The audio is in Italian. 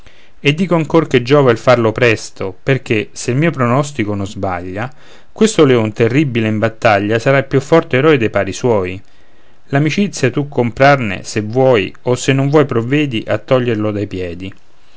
dico ancor che giova il farlo presto perché se il mio pronostico non sbaglia questo leon terribile in battaglia sarà il più forte eroe de pari suoi l'amicizia tu comprane se vuoi o se non vuoi provvedi a toglierlo dai piedi